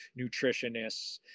nutritionists